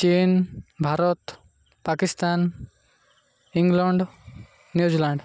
Chin Bharat Pakistan England New Zealand